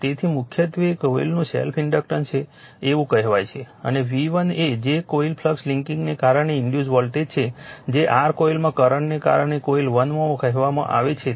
તેથી મુખ્યત્વે એ કોઇલનું સેલ્ફ ઇન્ડક્ટન્સ છે એવું કહેવાય છે અને V1 કે જે તે ફ્લક્સ લિંકિંગને કારણે ઇન્ડ્યુસ વોલ્ટેજ છે જે r કોઇલમાં કરંટને કારણે કોઇલ 1 માં કહેવામાં આવે છે